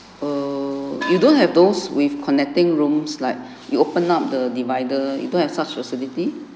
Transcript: err you don't have those with connecting rooms like you open up the divider you don't have such facility